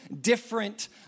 different